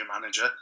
manager